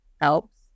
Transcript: helps